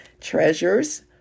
treasures